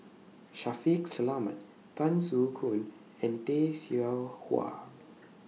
Shaffiq Selamat Tan Soo Khoon and Tay Seow Huah